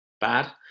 bad